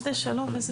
איזה שלום איזה פיוס.